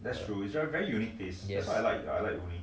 yes